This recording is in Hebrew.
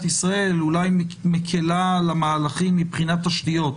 ישראל אולי מקלה על המהלכים מבחינת תשתיות.